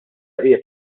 qiegħed